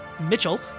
Mitchell